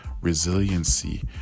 resiliency